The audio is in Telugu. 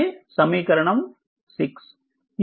ఇది సమీకరణం 6